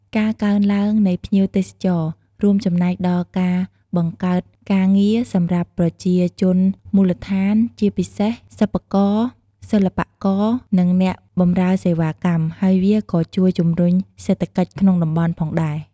ការកើនឡើងនៃភ្ញៀវទេសចរ រួមចំណែកដល់ការបង្កើតការងារសម្រាប់ប្រជាជនមូលដ្ឋាន ជាពិសេសសិប្បករ សិល្បករ និងអ្នកបម្រើសេវាកម្ម ហើយវាក៏ជួយជំរុញសេដ្ឋកិច្ចក្នុងតំបន់ផងដែរ។